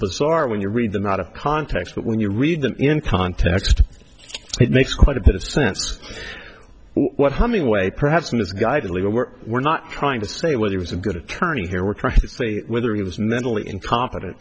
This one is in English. bizarre when you read them out of context but when you read them in context it makes quite a bit of sense what how many way perhaps misguidedly we're we're not trying to say whether it was a good attorney here we're trying to say whether he was mentally incompetent